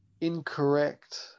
Incorrect